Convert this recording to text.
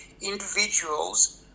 individuals